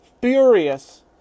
furious